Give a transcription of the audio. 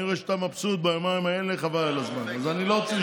אני רואה שאתה מבסוט ביומיים האלה, חבל על הזמן.